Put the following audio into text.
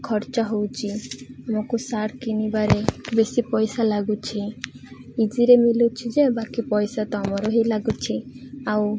ଖର୍ଚ୍ଚ ହେଉଛି ଆମକୁ ସାର୍ଟ କିଣିବାରେ ବେଶୀ ପଇସା ଲାଗୁଛି ଇଜିରେ ମିଲୁଛି ଯେ ବାକି ପଇସା ତ ଆମର ହିଁ ଲାଗୁଛି ଆଉ